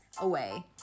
away